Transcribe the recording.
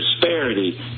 disparity